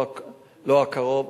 לא הקרוב,